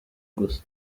gusa